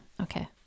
okay